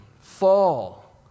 fall